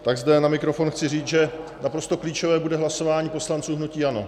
Tak zde na mikrofon chci říct, že naprosto klíčové bude hlasování poslanců hnutí ANO.